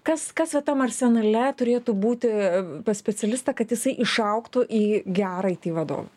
kas kas va tam arsenale turėtų būti pas specialistą kad jisai išaugtų į gerą aiti vadovą